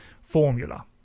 formula